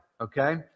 okay